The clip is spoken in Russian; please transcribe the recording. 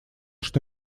что